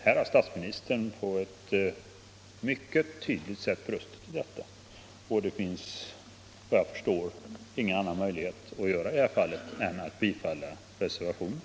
Här har statsministern på ett mycket tydligt sätt brustit och det finns, såvitt jag kan förstå, inget annat att göra i det här fallet än att bifalla reservationen D.